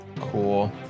Cool